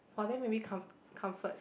for them maybe com~ comfort